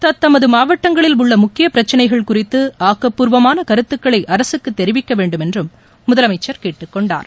தத்தமது மாவட்டங்களில் உள்ள முக்கிய பிரச்சினைகள் குறித்த ஆக்கப்பூர்வமான கருத்துக்களை அரசுக்கு தெரிவிக்க வேண்டும் என்றும் முதலமைச்சர் கேட்டுக்கொண்டார்